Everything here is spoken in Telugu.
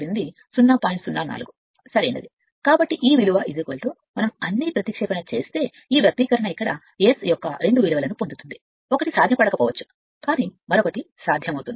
04 సరైనదికాబట్టి ఈ విలువ మనం అన్నీ ప్రతిక్షేపణ చేస్తే ఈ వ్యక్తీకరణ ఇక్కడ S యొక్క రెండు విలువలను పొందుతుంది ఒకటి సాధ్యపడకపోవచ్చు కానీ మరొకటి మరొకటి సాధ్యమయ్యే